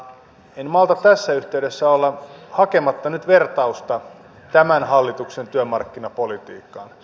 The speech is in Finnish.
en malta tässä yhteydessä olla hakematta nyt vertausta tämän hallituksen työmarkkinapolitiikkaan